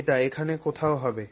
এটি এখানে কোথাও হবে